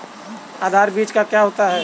आधार बीज क्या होता है?